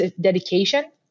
dedication